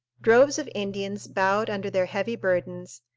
droves of indians bowed under their heavy burdens,